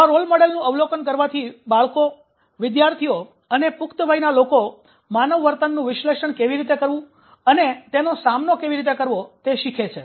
આવા રોલ મોડેલોનું અવલોકન કરવાથી બાળકો વિદ્યાર્થીઓ અને પુખ્ત વયના લોકો માનવ વર્તનનું વિશ્લેષણ કેવી રીતે કરવું અને તેનો સામનો કેવી રીતે કરવો તે શીખે છે